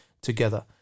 together